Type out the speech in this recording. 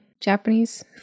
Japanese